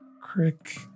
Crick